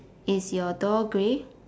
is your door grey